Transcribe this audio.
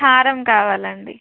హారం కావాలండి